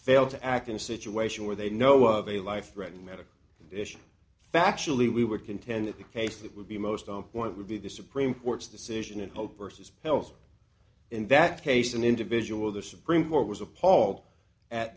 fail to act in a situation where they know of a life threatening medical condition factually we would contend that the case that would be most on point would be the supreme court's decision and hope ursus health in that case an individual the supreme court was appalled at